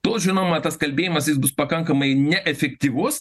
tol žinoma tas kalbėjimas jis bus pakankamai neefektyvus